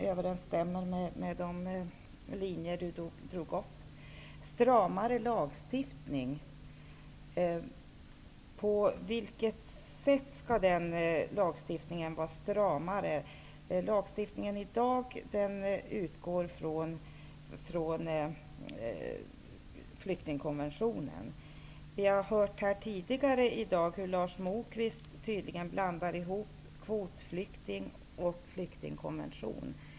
Överensstämmer detta med de linjer som Gustaf von Essen drar upp? Lagstiftningen utgår i dag från flyktingkonventio nen. Vi har tidigare i dag hört hur Lars Moquist tydligen blandar ihop kvotflyktingar och flyk tingar enligt flyktingkonvention.